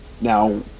Now